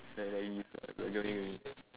I get what you mean